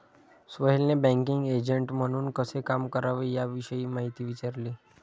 सोहेलने banking agent म्हणून कसे काम करावे याविषयी माहिती विचारली